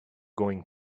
going